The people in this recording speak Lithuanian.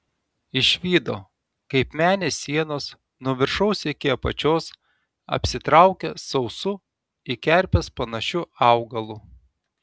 išvydo kaip menės sienos nuo viršaus iki apačios apsitraukia sausu į kerpes panašiu augalu